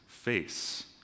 face